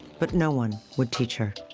but no one would teach her.